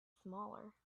smaller